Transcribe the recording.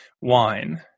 wine